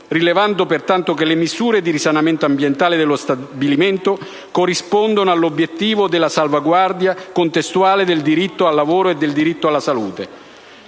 rilevando peraltro che le misure di risanamento ambientale dello stabilimento corrispondono all'obiettivo della salvaguardia contestuale del diritto al lavoro e del diritto alla salute.